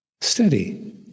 steady